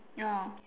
ya